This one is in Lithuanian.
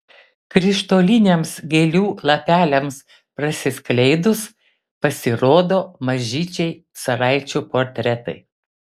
krištoliniams gėlių lapeliams prasiskleidus pasirodo mažyčiai caraičių portretai